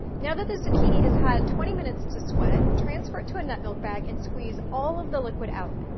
now that the zucchini has had twenty minutes to sweat, transfer it to a nut milk bag and squeeze all of the liquid out.